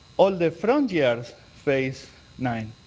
all the front yards face nine.